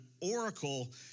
oracle